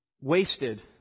wasted